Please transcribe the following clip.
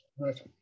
Right